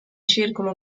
circolo